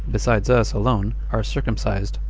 besides us alone, are circumcised.